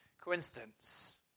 coincidence